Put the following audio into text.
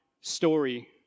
story